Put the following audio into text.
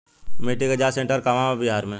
मिटी के जाच सेन्टर कहवा बा बिहार में?